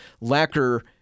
lacquer